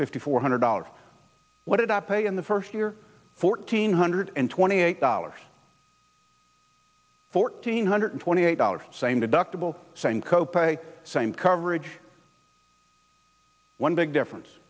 fifty four hundred dollars what did i pay in the first year fourteen hundred and twenty eight dollars fourteen hundred twenty eight dollars same deductible same co pay same coverage one big difference